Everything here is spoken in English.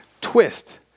Twist